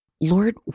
Lord